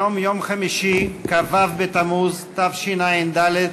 היום יום חמישי, כ"ו בתמוז תשע"ד,